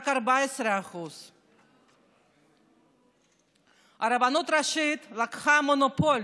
רק 14%. הרבנות הראשית לקחה מונופול